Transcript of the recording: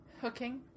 Hooking